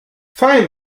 fein